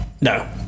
No